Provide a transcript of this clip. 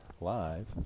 live